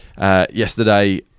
yesterday